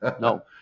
no